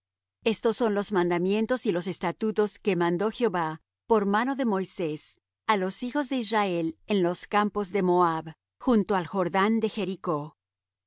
estos son los mandamientos y los estatutos que mandó jehová por mano de moisés á los hijos de israel en los campos de moab junto al jordán de jericó